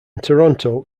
toronto